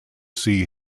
see